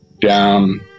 down